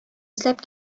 эзләп